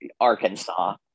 Arkansas